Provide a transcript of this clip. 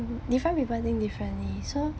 different people think differently so